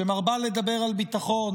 שמרבה לדבר על ביטחון,